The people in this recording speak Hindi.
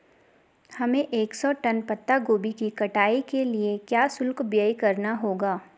हमें एक सौ टन पत्ता गोभी की कटाई के लिए क्या शुल्क व्यय करना होगा?